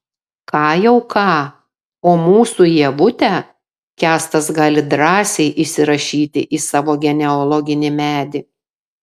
ką jau ką o mūsų ievutę kęstas gali drąsiai įsirašyti į savo genealoginį medį